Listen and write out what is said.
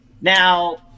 Now